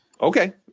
Okay